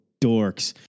dorks